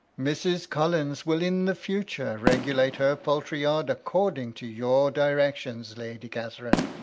mrs. collins will in the future regulate her poultry-yard according to your directions, lady catherine,